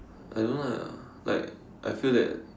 I don't like lah like I feel that